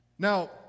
Now